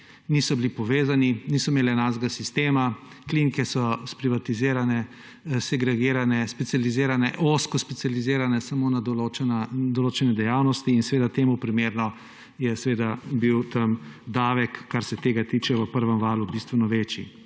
niso bili povezani, niso imeli enakega sistema, klinike so sprivatizirane, segregirane, specializirane, ozko specializirane samo na določene dejavnosti in seveda temu primerno je bil tam davek, kar se tega tiče, v prvem valu bistveno večji.